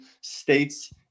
states